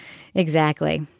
exactly.